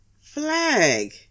flag